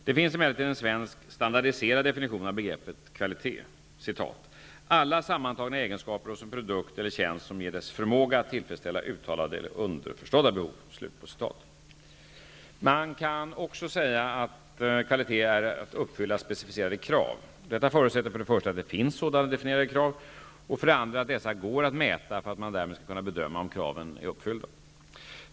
Det finns emellertid en svensk standardiserad definition av begreppet kvalitet: ''Alla sammantagna egenskaper hos en produkt eller tjänst som ger dess förmåga att tillfredsställa uttalade eller underförstådda behov.'' Man kan också säga att kvalitet är att uppfylla specificerade krav. Detta förutsätter för det första att det finns sådana definierade krav och för det andra att dessa går att mäta för att man därmed skall kunna bedöma om kraven är uppfyllda.